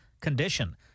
condition